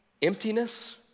emptiness